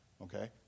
okay